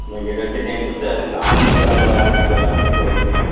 मागीर कितें दुखता बीन आंग बी गरम जाला कित जालां तें पळयलां तुमी